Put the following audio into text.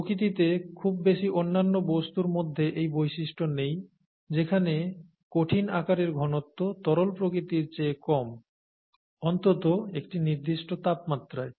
প্রকৃতিতে খুব বেশি অন্যান্য বস্তুর মধ্যে এই বৈশিষ্ট্য নেই যেখানে কঠিন আকারের ঘনত্ব তরল প্রকৃতির চেয়ে কম অন্তত একটি নির্দিষ্ট তাপমাত্রায়